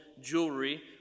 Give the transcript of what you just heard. jewelry